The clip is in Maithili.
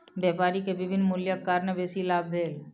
व्यापारी के विभिन्न मूल्यक कारणेँ बेसी लाभ भेल